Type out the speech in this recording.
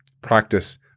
practice